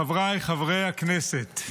חבריי חברי הכנסת,